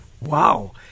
Wow